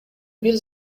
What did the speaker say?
бир